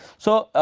so,